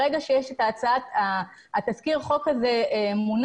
ברגע שתזכיר החוק הזה מונח,